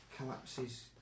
collapses